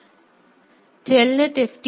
இது Telnet F